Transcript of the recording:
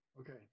Okay